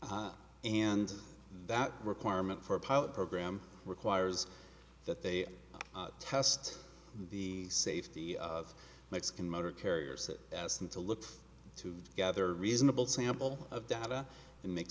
and that requirement for a pilot program requires that they test the safety of mexican motor carriers that ask them to look to gather reasonable sample of data that make